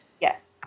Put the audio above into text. Yes